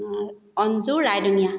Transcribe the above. Anju Raidongia